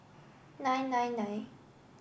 nine nine nine